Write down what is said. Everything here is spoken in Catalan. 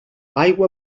aigua